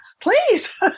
please